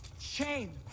Shame